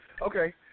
Okay